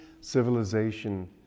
civilization